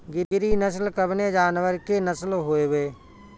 गिरी नश्ल कवने जानवर के नस्ल हयुवे?